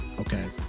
Okay